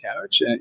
couch